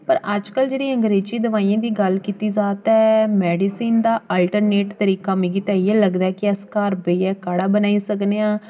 पर अजकल जेह्ड़ी अंग्रेजी दोआइयें दी गल्ल कीती जा ते मैडिसिन दा अल्टरानेट तरीका मिगी ते इ'यै लगदा ऐ कि अस घर बेइयै काह्ड़ा बनाई सकने आं